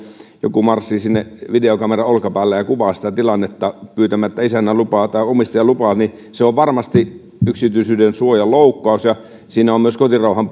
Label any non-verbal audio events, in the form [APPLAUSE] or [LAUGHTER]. joku marssii sinne videokamera olkapäällä ja kuvaa sitä tilannetta pyytämättä isännän tai omistajan lupaa niin se on varmasti yksityisyydensuojan loukkaus ja siinä on myös kotirauhan [UNINTELLIGIBLE]